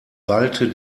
ballte